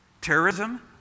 terrorism